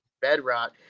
bedrock